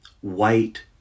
white